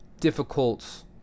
difficult